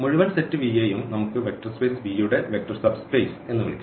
മുഴുവൻ set V യെയും നമുക്ക് വെക്റ്റർ സ്പേസ് V യുടെ വെക്റ്റർ സബ് സ്പേസ് എന്ന് വിളിക്കാം